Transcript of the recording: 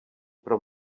pro